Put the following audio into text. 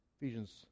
Ephesians